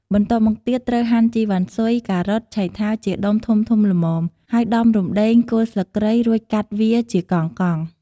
បន្ទាប់មកទៀតត្រូវហាន់ជីវ៉ាន់ស៊ុយ ការ៉ុត ឆៃថាវ ជាដុំធំៗល្មម ហើយដំរំដេង គល់ស្លឹកគ្រៃ រួចកាត់វាជាកង់ៗ។